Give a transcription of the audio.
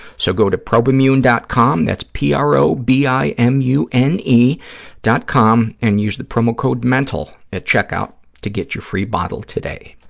so, go to probimune. com, that's p r o o b i m u n e dot com, and use the promo code mental at check-out to get your free bottle today.